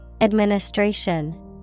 Administration